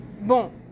Bon